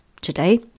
today